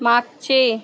मागचे